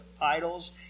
idols